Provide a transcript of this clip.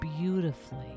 beautifully